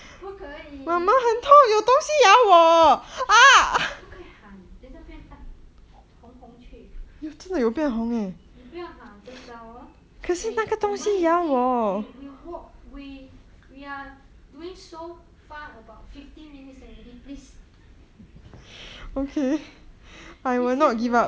不可以一定要 不可以喊等一下被人红红去你不喊 eh 我们已经 we work we are doing so far about fifty minute already please 继续努力